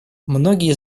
многие